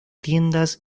tiendas